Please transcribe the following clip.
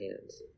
hands